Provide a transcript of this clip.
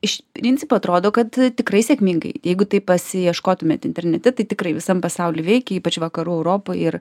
iš principo atrodo kad tikrai sėkmingai jeigu taip pasiieškotumėt internete tai tikrai visam pasauly veikia ypač vakarų europoj ir